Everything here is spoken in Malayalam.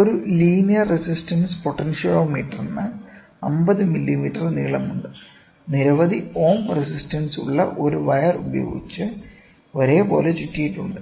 ഒരു ലീനിയർ റെസിസ്റ്റൻസ് പൊട്ടൻഷ്യോമീറ്ററിന് 50 മില്ലീമീറ്റർ നീളമുണ്ട് നിരവധി ഓം റെസിസ്റ്റൻസ് ഉള്ള ഒരു വയർ ഉപയോഗിച്ച് ഒരേപോലെ ചുറ്റിയിട്ടുണ്ട്